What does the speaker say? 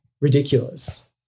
ridiculous